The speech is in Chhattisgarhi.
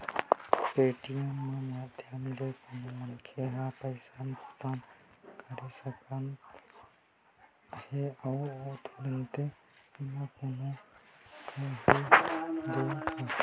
पेटीएम के माधियम ले कोनो मनखे ह पइसा भुगतान कर सकत हेए अहूँ ह तुरते बिना कोनो काइही देर के